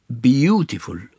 beautiful